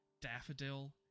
Daffodil